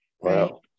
Wow